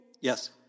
Yes